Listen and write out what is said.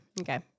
Okay